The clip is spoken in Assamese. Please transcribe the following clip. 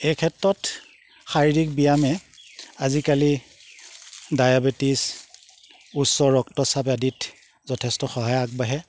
এই ক্ষেত্ৰত শাৰীৰিক ব্যায়ামে আজিকালি ডায়বেটিছ উচ্চ ৰক্তচাপ আদিত যথেষ্ট সহায় আগবাঢ়ে